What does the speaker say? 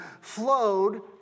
flowed